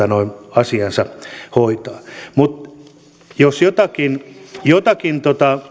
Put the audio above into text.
asiansa hoitaa mutta jos jotakin jotakin